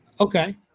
Okay